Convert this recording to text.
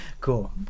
Cool